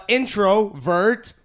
introvert